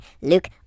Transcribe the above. Luke